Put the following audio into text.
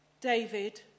David